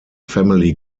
family